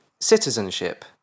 citizenship